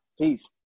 Peace